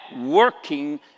working